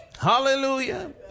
Hallelujah